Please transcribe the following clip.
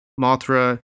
Mothra